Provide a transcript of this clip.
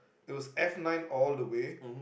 those F-nine all the way